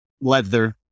leather